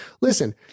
Listen